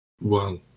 Wow